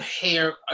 hair